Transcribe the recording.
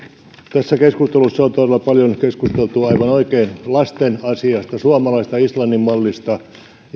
tässä keskustelussa on todella paljon keskusteltu aivan oikein lasten asiasta suomalaisesta islannin mallista ja